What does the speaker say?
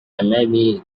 أمامي